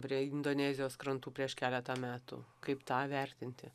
prie indonezijos krantų prieš keletą metų kaip tą vertinti